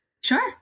Sure